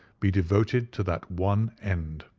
be devoted to that one end.